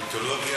עם אהוד ברק,